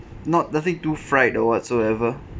not nothing too fried or whatsoever